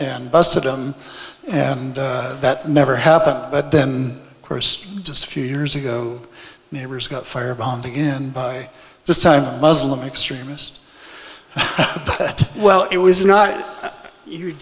and busted him and that never happened but then of course just a few years ago neighbors got firebomb begin by this time muslim extremist but well it was not you